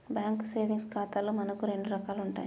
bank savings ఖాతాలు మనకు రెండు రకాలు ఉంటాయి